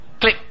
Click